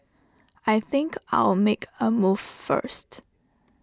I think I'll make A move first